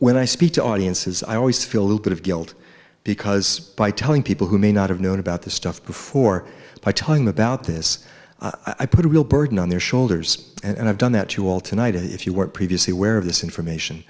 when i speak to audiences i always feel a little bit of guilt because by telling people who may not have known about this stuff before by talking about this i put a real burden on their shoulders and i've done that to you all tonight and if you weren't previously aware of this information